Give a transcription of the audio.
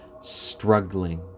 struggling